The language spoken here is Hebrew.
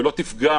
ולא תפגע